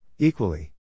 Equally